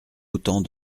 autant